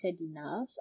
enough